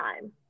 time